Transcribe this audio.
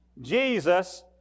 Jesus